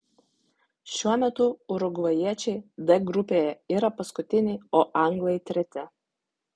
šiuo metu urugvajiečiai d grupėje yra paskutiniai o anglai treti